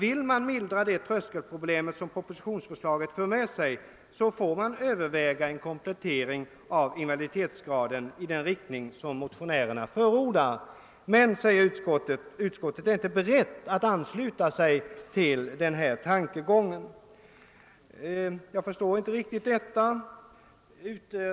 Vill man mildra det tröskelproblem som propositionsförslaget för med sig, får man överväga en komplettering av invaliditetsgraderna i den riktning som motionärerna förordar. Utskottet är emellertid inte berett att ansluta sig till en sådan lösning.» Jag förstår inte riktigt detta utskottets resonemang.